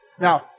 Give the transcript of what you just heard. Now